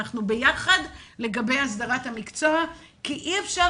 אנחנו ביחד לגבי הסדרת המקצוע כי אי אפשר